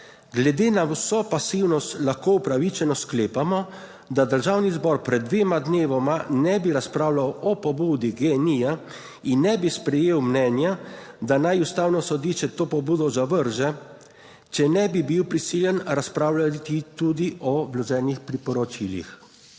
Glede na vso pasivnost lahko upravičeno sklepamo, da Državni zbor pred dvema dnevoma ne bi razpravljal o pobudi GEN-I-ja in ne bi sprejel mnenja, da naj ustavno sodišče to pobudo zavrže, če ne bi bil prisiljen razpravljati tudi o vloženih priporočilih.